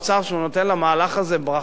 שהוא נותן למהלך הזה ברכה,